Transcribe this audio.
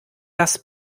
das